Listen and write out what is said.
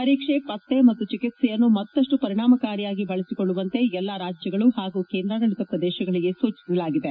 ಪರೀಕ್ಷೆ ಪತ್ತೆ ಮತ್ತು ಚಿಕಿತ್ಸೆಯನ್ನು ಮತ್ತಷ್ಟ ಪರಿಣಾಮಕಾರಿಯಾಗಿ ಬಳಸಿಕೊಳ್ಳುವಂತೆ ಎಲ್ಲ ರಾಜ್ಯಗಳು ಹಾಗೂ ಕೇಂದ್ರಾಡಳಿತ ಪ್ರದೇಶಗಳಿಗೆ ಸೂಚಲಾಗಿದೆ